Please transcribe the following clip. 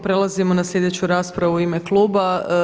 Prelazimo na sljedeću raspravu u ime kluba.